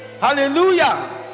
Hallelujah